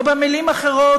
או במילים אחרות,